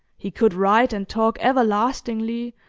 he could write and talk everlastingly,